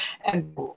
And-